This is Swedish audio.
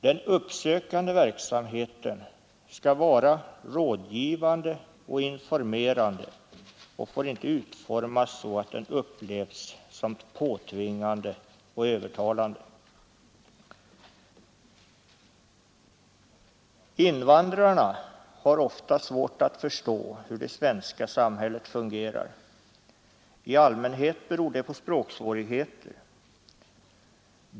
Den uppsökande verksamheten skall vara rådgivande och informerande och får inte utformas så att den upplevs som påtvingande och övertalande. Invandrarna har ofta svårt att förstå hur det svenska samhället fungerar. I allmänhet beror det på språksvårigheter.